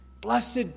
Blessed